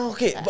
Okay